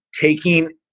taking